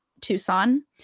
Tucson